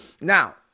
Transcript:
Now